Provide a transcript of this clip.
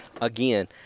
again